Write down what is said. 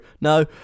No